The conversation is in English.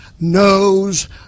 knows